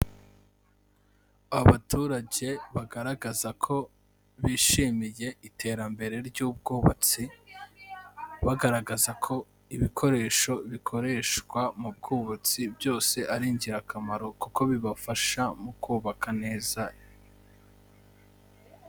Abaturage bagaragaza ko bishimiye iterambere ry'ubwubatsi; bagaragaza ko ibikoresho bikoreshwa mu bwubatsi byose ari ingirakamaro kuko bibafasha mu kubaka neza.